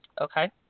Okay